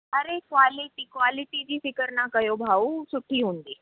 अरे quality quality जी फ़िक्र न कयो भाऊं सुठी हूंदी